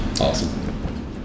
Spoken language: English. Awesome